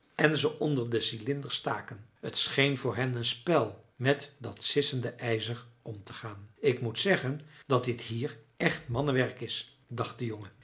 en ze onder de cylinders staken t scheen voor hen een spel met dat sissende ijzer om te gaan ik moet zeggen dat dit hier echt mannenwerk is dacht de jongen